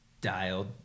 dialed